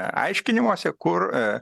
aiškinimuose kur